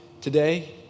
today